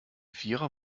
vierer